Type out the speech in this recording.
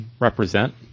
represent